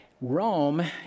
Rome